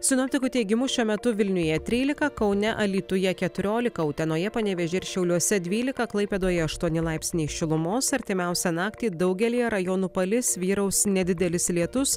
sinoptikų teigimu šiuo metu vilniuje trylika kaune alytuje keturiolika utenoje panevėžy ir šiauliuose dvylika klaipėdoje aštuoni laipsniai šilumos artimiausią naktį daugelyje rajonų palis vyraus nedidelis lietus